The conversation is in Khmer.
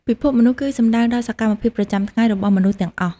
ពិភពមនុស្សគឺសំដៅដល់សកម្មភាពប្រចាំថ្ងៃរបស់មនុស្សទាំងអស់។